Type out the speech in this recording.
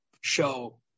show